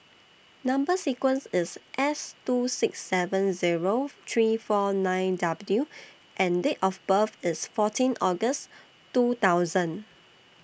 Number sequence IS S two six seven Zero three four nine W and Date of birth IS fourteen August two thousand